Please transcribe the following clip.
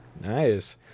Nice